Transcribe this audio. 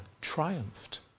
triumphed